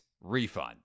Refund